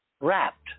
wrapped